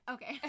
Okay